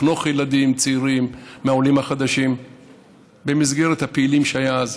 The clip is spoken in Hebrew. לחנוך ילדים צעירים מהעולים החדשים במסגרת הפעילות שהייתה אז,